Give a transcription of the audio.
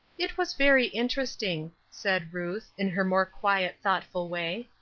it was very interesting, said ruth, in her more quiet, thoughtful way.